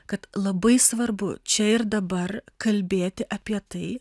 kad labai svarbu čia ir dabar kalbėti apie tai